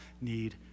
need